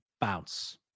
bounce